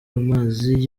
amazi